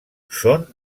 són